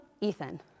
Ethan